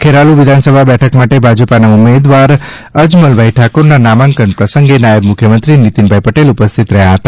ખેરાલુ વિધાનસભા બેઠક માટે ભાજપાના ઉમેદવાર શ્રી અજમલભાઈ ઠાકોરના નામાંકન પ્રસંગે નાયબ મુખ્યમંત્રીશ્રી નીતિનભાઈ પટેલ ઉપસ્થિત રહ્યા હતા